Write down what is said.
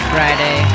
Friday